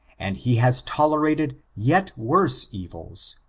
and he has tolerated yet worse evils.